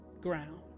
ground